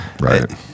right